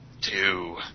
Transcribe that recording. Two